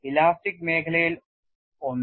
elastic മേഖലയിൽ ഒന്ന്